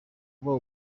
kuba